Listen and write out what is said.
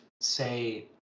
say